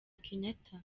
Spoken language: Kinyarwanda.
kenyatta